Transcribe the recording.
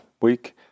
week